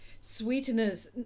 sweeteners